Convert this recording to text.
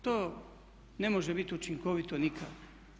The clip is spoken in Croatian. To ne može biti učinkovito nikako.